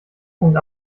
punkt